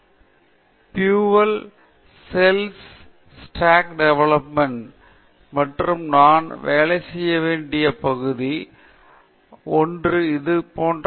எனவே உதாரணமாக இது சரியான ஸ்லைடுகளை முன்வைக்க ஒரு நல்ல வழி பியூயல் செல்ஸ் ஸ்டாக் டெவெலப்மென்ட் மற்றும் நான் வேலை செய்ய வேண்டிய பகுதி ஒன்று இது போன்ற